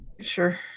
Sure